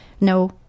No